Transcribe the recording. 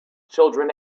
children